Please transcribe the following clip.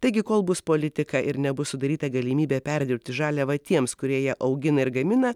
taigi kol bus politika ir nebus sudaryta galimybė perdirbti žaliavą tiems kurie ją augina ir gamina